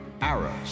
arrows